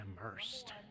immersed